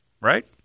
Right